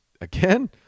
again